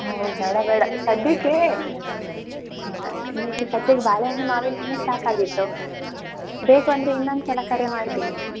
ಹೋ ಬೇಡ ಬೇಡ ಸದ್ಯಕ್ಕೆ ಹಾಂ ಈಗ ಸದ್ಯಕ್ಕೆ ಬಾಳೆಹಣ್ಣು ಮಾವಿನಹಣ್ಣೆ ಸಾಕಾಗಿತ್ತು ಬೇಕು ಅಂದರೆ ಇನ್ನೊಂದು ಸಲ ಕರೆ ಮಾಡ್ತೀನಂತೆ